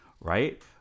Right